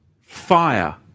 fire